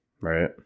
right